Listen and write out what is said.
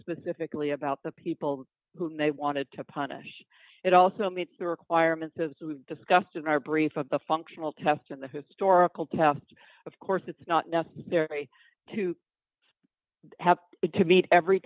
specifically about the people whom they wanted to punish it also meets the requirements as we discussed in our brief of the functional test in the historical test of course it's not necessary to have to meet every